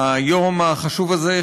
היום החשוב הזה,